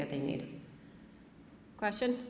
that they need a question